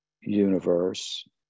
universe